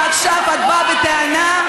ועכשיו את באה בטענה?